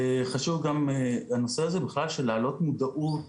חשוב גם הנושא הזה בכלל של להעלות מודעות